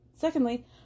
Secondly